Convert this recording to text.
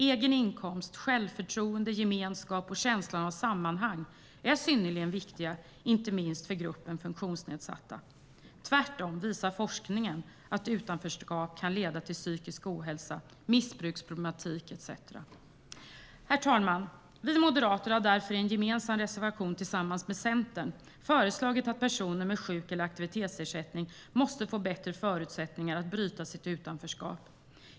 Egen inkomst, självförtroende, gemenskap och känsla av sammanhang är synnerligen viktigt, inte minst för gruppen funktionsnedsatta. Tvärtom visar forskning att utanförskap kan leda till psykisk ohälsa, missbruksproblematik etcetera. Herr talman! Vi moderater har därför i en gemensam reservation tillsammans med Centern föreslagit att personer med sjuk eller aktivitetsersättning ska få bättre förutsättningar att bryta sitt utanförskap.